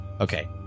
Okay